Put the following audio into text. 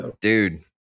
dude